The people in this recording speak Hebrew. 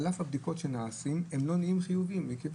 לפי